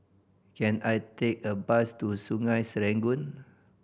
can I take a bus to Sungei Serangoon